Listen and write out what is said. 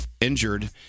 injured